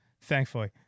thankfully